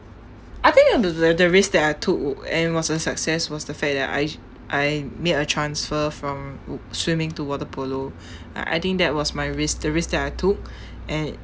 I think the the risk that I took w~ and was a success was the fact that I I made a transfer from swimming to waterpolo I~ I think that was my risk the risk that I took and